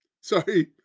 Sorry